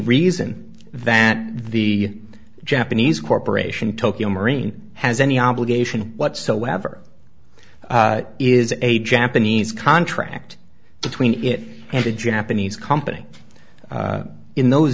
reason that the japanese corporation tokio marine has any obligation whatsoever is a japanese contract between it and the japanese company in those